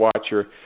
watcher